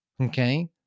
Okay